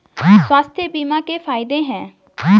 स्वास्थ्य बीमा के फायदे हैं?